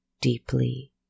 deeply